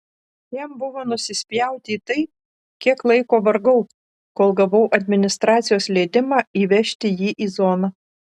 jam buvo nusispjauti į tai kiek laiko vargau kol gavau administracijos leidimą įvežti jį į zoną